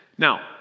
Now